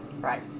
Right